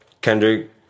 Kendrick